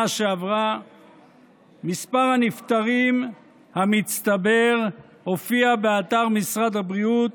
שעברה מספר הנפטרים המצטבר הופיע באתר משרד הבריאות: